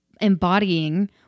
embodying